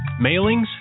Mailings